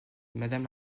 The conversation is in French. madame